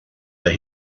that